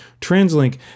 TransLink